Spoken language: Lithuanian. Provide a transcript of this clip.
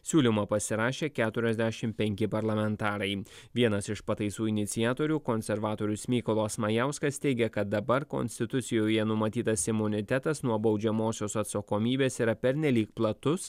siūlymą pasirašė keturiasdešim penki parlamentarai vienas iš pataisų iniciatorių konservatorius mykolos majauskas teigia kad dabar konstitucijoje numatytas imunitetas nuo baudžiamosios atsakomybės yra pernelyg platus